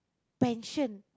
pension